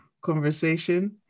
conversation